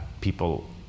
people